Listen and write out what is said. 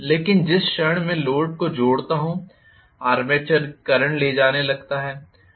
लेकिन जिस क्षण मैं लोड को जोड़ता हूं आर्मेचर करंट ले जाने लगता है